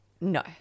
No